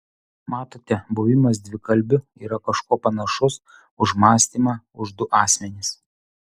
matote buvimas dvikalbiu yra kažkuo panašus už mąstymą už du asmenis